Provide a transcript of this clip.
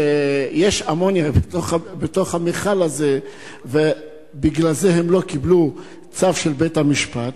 שיש אמוניה בתוך המכל הזה ובגלל זה הם לא קיבלו צו של בית-המשפט,